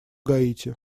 гаити